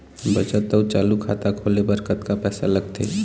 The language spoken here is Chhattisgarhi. बचत अऊ चालू खाता खोले बर कतका पैसा लगथे?